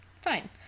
fine